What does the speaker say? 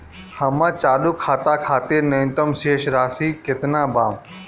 हमर चालू खाता खातिर न्यूनतम शेष राशि केतना बा?